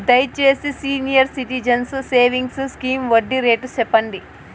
దయచేసి senior citizens savings scheme వడ్డీ rate సెప్పండి